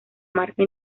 marca